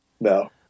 No